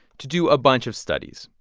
to do a bunch of studies.